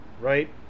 right